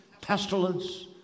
pestilence